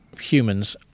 humans